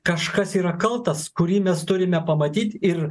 kažkas yra kaltas kurį mes turime pamatyt ir